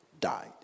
died